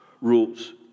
rules